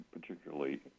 particularly